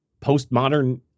postmodern